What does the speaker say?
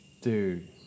Dude